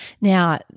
Now